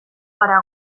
gara